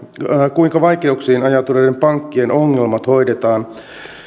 kuinka vaikeuksiin ajautuneiden pankkien ongelmat hoidetaan